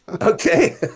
Okay